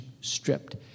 stripped